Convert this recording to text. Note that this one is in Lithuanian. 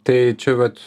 tai čia vat